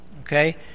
okay